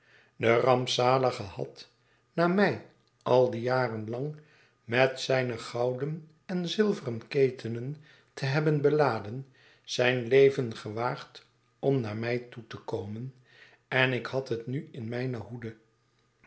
de rampzalige had na mij al die jaren lang met zijne gouden en zilveren ketenen te hebben beladen zijn leven gewaagd om naar mij toe te komen en ik had het nu in mijne hoede